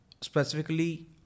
specifically